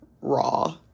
raw